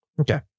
Okay